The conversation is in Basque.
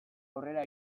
aurrera